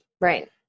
Right